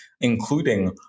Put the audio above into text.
including